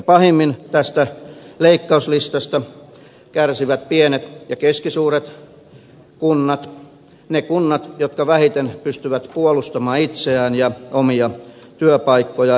pahimmin tästä leikkauslistasta kärsivät pienet ja keskisuuret kunnat ne kunnat jotka vähiten pystyvät puolustamaan itseään ja omia työpaikkojaan